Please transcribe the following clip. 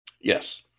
Yes